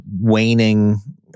waning